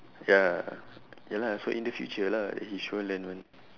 ya ya lah so in the future lah he sure learn [one]